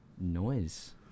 noise